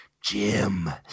jim